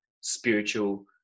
spiritual